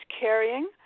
carrying